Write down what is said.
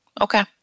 Okay